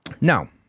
Now